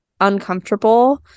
uncomfortable